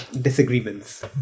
disagreements